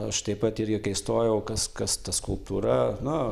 aš taip pat irgi kai stojau kas kas ta skulptūra na